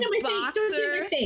boxer